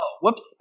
whoops